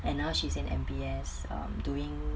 and now she's in M_B_S um doing